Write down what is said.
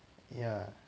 yeah